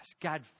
God